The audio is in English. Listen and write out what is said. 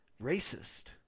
racist